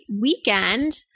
weekend